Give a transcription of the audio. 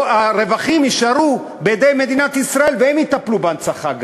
או שהרווחים יישארו בידי מדינת ישראל והם יטפלו גם בהנצחה.